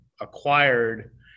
acquired